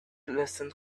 listened